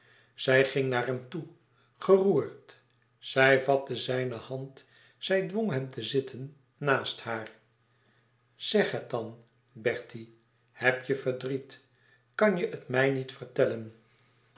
zij ging naar hem toe geroerd zij vatte zijne hand zij dwong hem te zitten naast haar zeg het dan bertie heb je verdriet kan je het mij niet vertellen